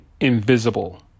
invisible